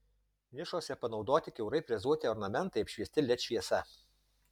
nišose panaudoti kiaurai frezuoti ornamentai apšviesti led šviesa